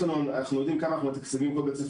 אנחנו יודעים כמה אנחנו מתקצבים כל בית ספר,